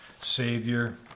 savior